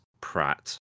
Pratt